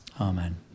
Amen